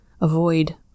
Avoid